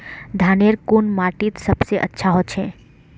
धानेर कुन माटित सबसे अच्छा होचे?